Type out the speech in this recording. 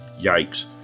Yikes